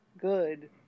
good